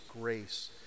grace